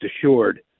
assured